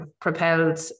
propelled